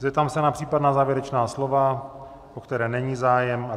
Zeptám se na případná závěrečná slova... o která není zájem.